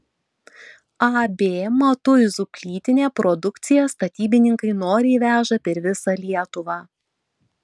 ab matuizų plytinė produkciją statybininkai noriai veža per visą lietuvą